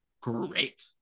great